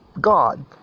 God